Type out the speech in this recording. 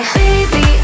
baby